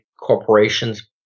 corporations